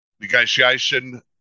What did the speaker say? negotiation